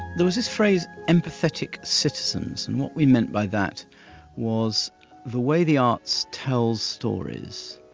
there was this phrase empathetic citizens, and what we meant by that was the way the arts tells stories,